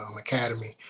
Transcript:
academy